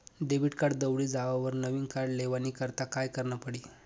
Debit card दवडी जावावर नविन कार्ड लेवानी करता काय करनं पडी?